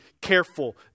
careful